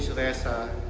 ressa,